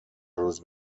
روز